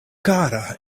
kara